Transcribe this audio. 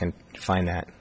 can find that